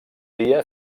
dia